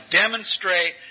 demonstrate